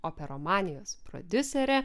operomanijos prodiuserė